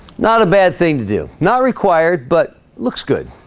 not a bad thing to do not required but looks good